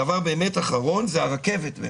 הדבר האחרון הוא הרכבת.